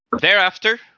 thereafter